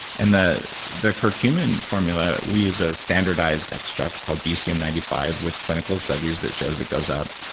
and the the curcumin formula, we use a standardized extract called bcm ninety five with clinical studies that shows it goes up,